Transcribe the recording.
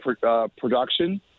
production